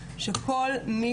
שכל מי